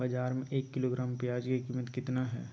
बाजार में एक किलोग्राम प्याज के कीमत कितना हाय?